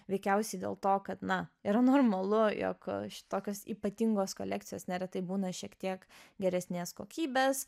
veikiausiai dėl to kad na yra normalu jog šitokios ypatingos kolekcijos neretai būna šiek tiek geresnės kokybės